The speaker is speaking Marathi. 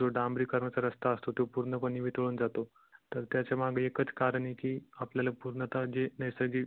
जो डांबरीकरणाचा रस्ता असतो तो पूर्णपणे वितळून जातो तर त्याच्यामागे एकच कारण आहे की आपल्याला पूर्णतः जे नैसर्गिक